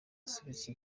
asubiza